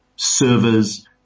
servers